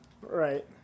right